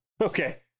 Okay